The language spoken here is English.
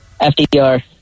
FDR